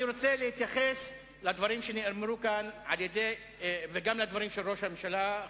אני רוצה להתייחס לדברים שנאמרו כאן וגם לדברים של ראש הממשלה.